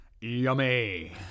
Yummy